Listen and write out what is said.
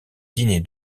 dîner